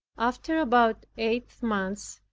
after about eight months,